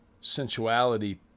sensuality